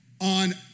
on